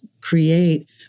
create